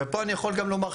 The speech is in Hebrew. ופה אני יכול גם לומר,